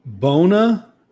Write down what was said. Bona